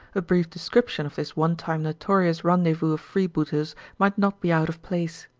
a brief description of this one-time notorious rendezvous of freebooters might not be out of place.